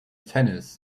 tennis